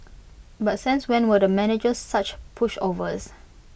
but since when were the managers such pushovers